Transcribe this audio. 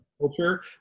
culture